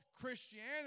Christianity